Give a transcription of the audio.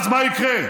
אז מה יקרה?